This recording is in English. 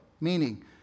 meaning